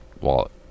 wallet